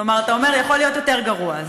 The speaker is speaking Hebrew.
כלומר אתה אומר: יכול להיות יותר גרוע.